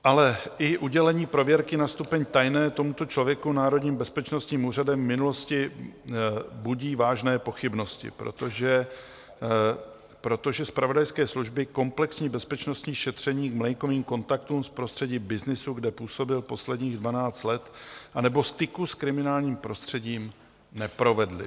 Ale i udělení prověrky na stupeň tajné tomuto člověku Národním bezpečnostním úřadem v minulosti budí vážné pochybnosti, protože zpravodajské služby komplexní bezpečnostní šetření k Mlejnkovým kontaktům z prostředí byznysu, kde působil posledních 12 let, anebo styku s kriminálním prostředím neprovedly.